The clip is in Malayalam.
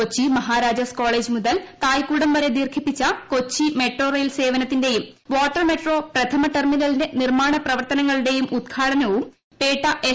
കൊച്ചി മഹാരാജാസ് കോളേജ് മുതൽ തൈക്കൂടം വരെ ദീർഘിപ്പിച്ച കൊച്ചി മെട്രോ റെയിൽ സേവനത്തിന്റെയും വാട്ടർ മെട്രോ പ്രഥമ ടെർമിനലിന്റെ നിർമ്മാണ പ്രവർത്തനങ്ങളുടെയും ഉദ്ഘാടനവും പേട്ട എസ്